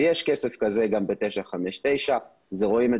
ויש גם כסף כזה בתוכנית 959. רואים את